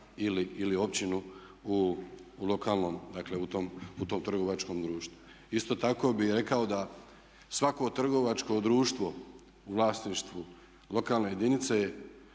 ili općinu u lokalnom, dakle u tom trgovačkom društvu. Isto tako bih rekao da svako trgovačko društvo u vlasništvu lokalne jedinice